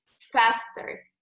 faster